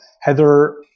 Heather